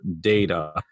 data